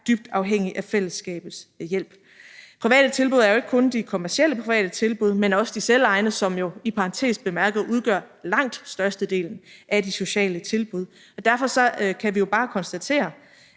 dybt afhængige af fællesskabets hjælp. Private tilbud er jo ikke kun de kommercielle private tilbud, men også de selvejende, som i parentes bemærket udgør langt størstedelen af de sociale tilbud, og derfor kan vi bare konstatere,